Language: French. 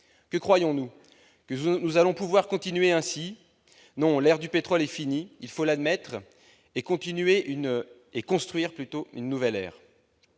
Que croyons-nous ? Que nous pourrons continuer ainsi ? Non, l'ère du pétrole est finie ! Il faut l'admettre et construire une nouvelle ère.